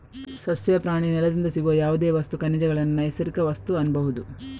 ಸಸ್ಯ, ಪ್ರಾಣಿ, ನೆಲದಿಂದ ಸಿಗುವ ಯಾವುದೇ ವಸ್ತು, ಖನಿಜಗಳನ್ನ ನೈಸರ್ಗಿಕ ವಸ್ತು ಅನ್ಬಹುದು